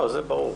זה ברור.